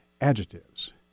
adjectives